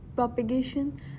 propagation